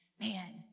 Man